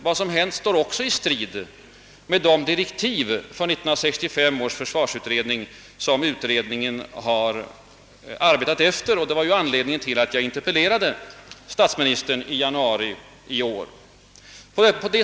Vad som hänt står också i strid med de direktiv för 1965 års försvarsutredning som utredningen har arbetat efter. Det var anledningen till att jag interpellerade statsministern i januari i år.